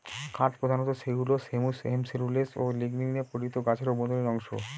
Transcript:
কাঠ প্রধানত cellulose hemicellulose ও লিগনিনে গঠিত গাছের অভ্যন্তরীণ অংশ